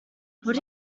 what